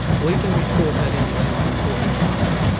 we can report that in the annual report to parliament.